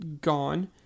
gone